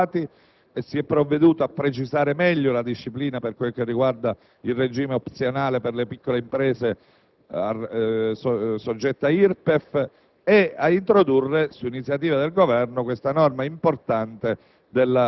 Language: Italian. Si è poi proceduto ad alcuni aggiustamenti che riguardano il meccanismo degli ammortamenti per le piccole imprese, eliminando alcuni aspetti di retroattività della disposizione, relativamente agli investimenti già effettuati